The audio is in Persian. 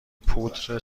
پودر